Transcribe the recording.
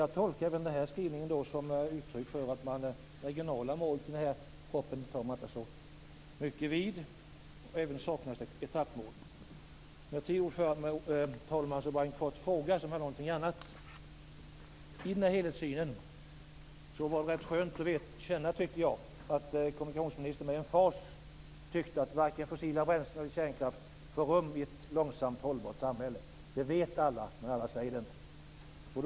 Jag tolkar den här skrivningen som uttryck för att man inte tar så hårt på de regionala målen i propositionen. Det saknas även ett etappmål. Herr talman! Bara en kort fråga, som handlar om någonting annat. Jag tycker att det var rätt skönt att höra att kommunikationsministern på grundval av sin helhetssyn med emfas framhöll att varken fossila bränslen eller kärnkraft får rum i ett långsiktigt hållbart samhälle. Det vet alla, men alla säger det inte.